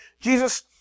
Jesus